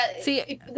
See